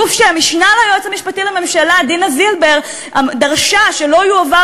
גוף שהמשנה ליועץ המשפטי לממשלה דינה זילבר דרשה שלא יועבר